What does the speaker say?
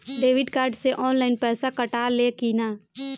Debit card से online पैसा कटा ले कि ना?